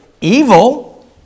evil